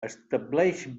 estableix